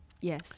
Yes